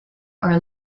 are